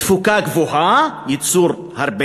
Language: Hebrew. תפוקה גבוהה, הרבה ייצור,